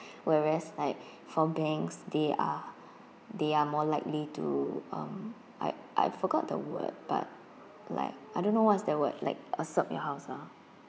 whereas like for banks they are they are more likely to um I I forgot the word but like I don't know what's that word like assert your house ah